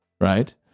right